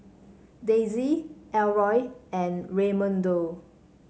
Daisey Elroy and Raymundo